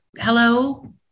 Hello